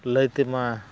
ᱞᱟᱹᱭ ᱛᱮᱢᱟ